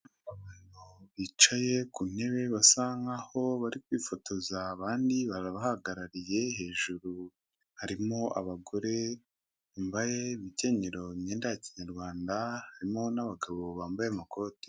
Abantu bicaye ku ntebe basa nkaho bari kwifotoza, abandi barabahagarariye hejuru harimo abagore bambaye imikenyero n'imyenda ya kinyarwanda, harimo n'abagabo bambaye amakoti